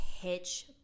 pitch